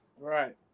Right